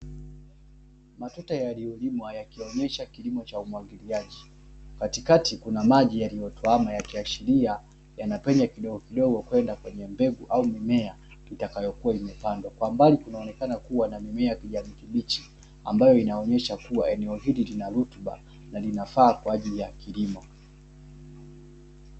Matuta yaliyolimwa yakionyesha kilimo cha umwagiliaji, katikati kuna maji yaliyotuama yakiashiria yanapenya kidogo kidogo kwenda kwenye mbegu au mimea itakayokuwa imepandwa, kwa mbali kunaonekana kuwa na mimea kijani kibichi ambayo inaonyesha kuwa eneo hili lina rutuba na linafaa kwa ajili ya kilimo.